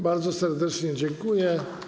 Bardzo serdecznie dziękuję.